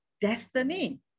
destiny